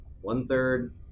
one-third